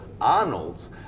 Arnold's